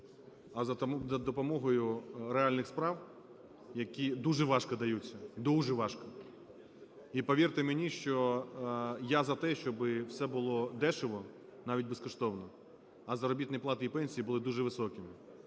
а за допомогою реальних справ, які дуже важко даються, дуже важко. І повірте мені, що я за те, щоби все було дешево, навіть безкоштовно, а заробітні плати і пенсії були дуже високі.